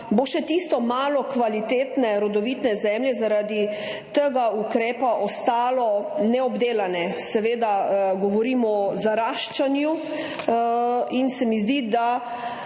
dabo še tisto malo kvalitetne rodovitne zemlje zaradi tega ukrepa ostalo neobdelane, seveda govorim o zaraščanju, in se mi zdi, da